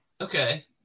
Okay